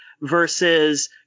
versus